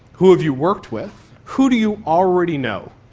who have you worked with, who do you already know?